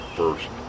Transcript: first